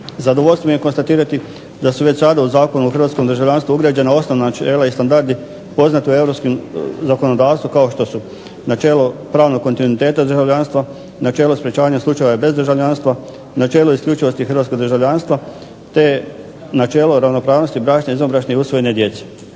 Zadovoljstvo mi je konstatirati da su već sada u Zakonu o hrvatskom državljanstvu ugrađena osnovna načela i standardi poznata u europskom zakonodavstvu kao što su načelo pravnog kontinuiteta državljanstva, načelo sprečavanja slučajeva bez državljanstva, načelo isključivosti hrvatskog državljanstva te načelo ravnopravnosti bračne, izvanbračne i usvojene djece.